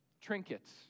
trinkets